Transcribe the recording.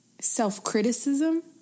self-criticism